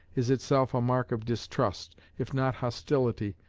is itself a mark of distrust, if not hostility,